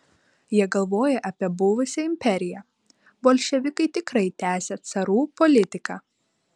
jie galvoja apie buvusią imperiją bolševikai tikrai tęsią carų politiką